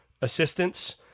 assistance